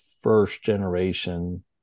first-generation